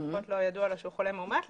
לפחות לא ידוע לו שהוא חולה מאומת,